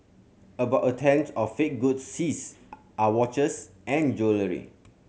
about a tenth of fake goods seized are watches and jewellery